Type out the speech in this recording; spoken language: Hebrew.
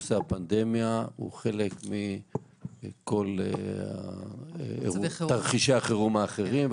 שנושא הפנדמיה הוא חלק מכל תרחישי החירום האחרים,